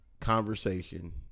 conversation